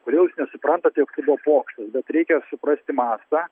kodėl jūs nesuprantat jog tai buvo pokštas bet reikia suprasti mastą